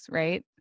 right